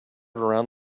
around